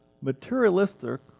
materialistic